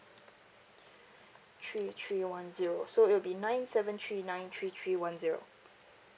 three three one zero so it will be nine seven three nine three three one zero